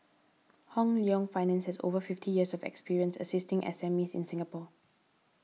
Hong Leong Finance has over fifty years of experience assisting SMEs in Singapore